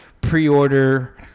pre-order